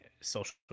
social